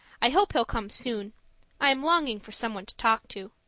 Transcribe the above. i hope he'll come soon i am longing for someone to talk to.